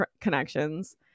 connections